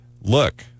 look